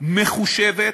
מחושבת,